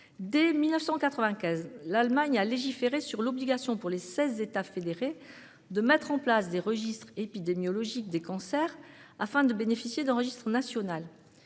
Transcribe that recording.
Dès 1995, l'Allemagne a légiféré sur l'obligation, pour les seize états fédérés, de mettre en place des registres épidémiologiques des cancers, afin de bénéficier d'un registre national.